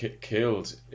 killed